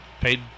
paid